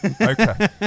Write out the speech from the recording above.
okay